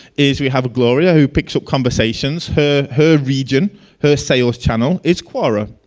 is we have a gloria who picks up conversations. her her region her sales channel is quora.